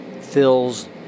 fills